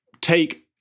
take